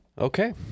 okay